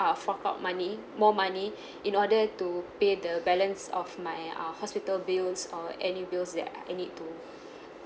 uh fork out money more money in order to pay the balance of my uh hospital bills or any bills that I need to